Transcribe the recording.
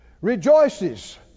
rejoices